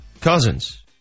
Cousins